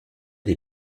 les